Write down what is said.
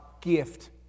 gift